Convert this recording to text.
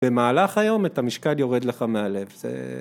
במהלך היום את המשקל יורד לך מהלב.